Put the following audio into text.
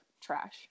trash